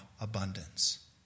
abundance